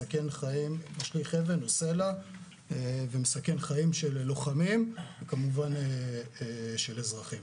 אבן או סלע ומסכן חיים של לוחמים וכמובן של אזרחים.